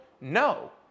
No